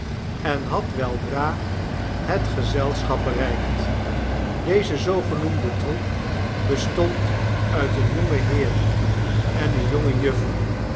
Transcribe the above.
en had weldra het gezelschap bereikt deze zdogenoemde troep bestond uit een jongen heer en eene jonge juffer